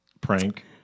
prank